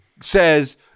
says